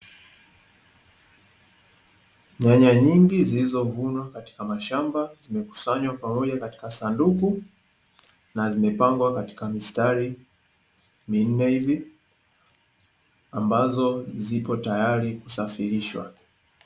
Nyanya nyingi zilizovunwa katika mashamba zimekusanywa pamoja katika sanduku na zimepangwa katika mistari minne, hivi ambazo zipo tayari kusafirishwa.